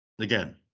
again